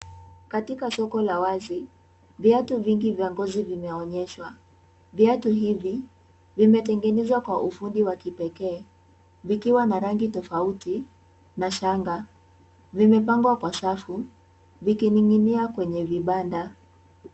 Katika soko la wazi, viatu vingi vya ngozi vimeonyeshwa. Viatu hivi vimetengenezwa kwa ufundi wa kipekee. Vikiwa na rangi tofauti na shanga. Vimepangwa kwa safu vikining'inia kwenye vibanda.